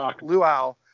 luau